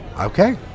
Okay